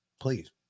Please